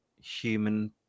human